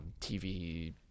tv